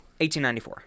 1894